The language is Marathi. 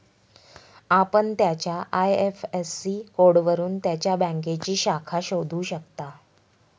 आपण त्याच्या आय.एफ.एस.सी कोडवरून त्याच्या बँकेची शाखा शोधू शकता